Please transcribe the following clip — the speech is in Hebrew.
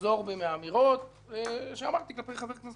מהאמירות שאמרתי כלפי חבר הכנסת שטרן.